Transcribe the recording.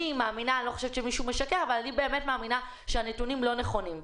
אני מאמינה - אני לא חושבת שמישהו משקר הנתונים לא נכונים.